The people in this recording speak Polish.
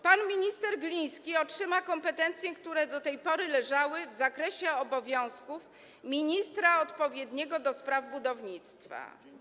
Pan minister Gliński otrzyma kompetencje, które do tej pory leżały w zakresie obowiązków ministra właściwego do spraw budownictwa.